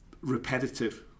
repetitive